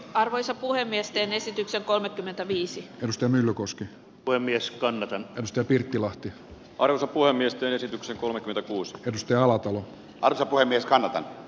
arvoisa puhemies teen esityksen kolmekymmentäviisi risto myllykoski puhemies kannata ostaa pirttilahti aro sopua miesten esityksen kolmekymmentäkuusi tips jalapeno arto puhemies kannata